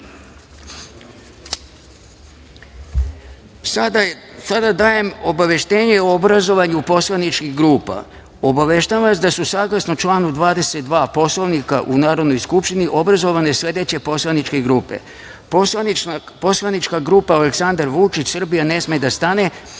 dajem obaveštenje o obrazovanju poslaničkih grupa. Obaveštavam vas da su, saglasno članu 22. Poslovnika u Narodnoj skupštini obrazovane sledeće poslaničke grupe:- Poslanička grupa „ALEKSANDAR VUČIĆ – Srbija ne sme da stane“,